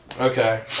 Okay